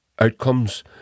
outcomes